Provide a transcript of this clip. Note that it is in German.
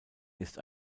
ist